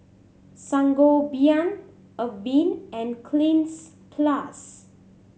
Sangobion Avene and Cleanz Plus